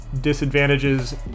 Disadvantages